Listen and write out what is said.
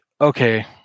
okay